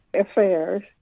affairs